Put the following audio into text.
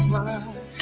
one